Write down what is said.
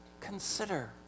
consider